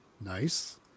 Nice